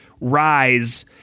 rise